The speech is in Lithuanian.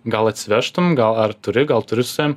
gal atsivežtum gal ar turi gal turi su savim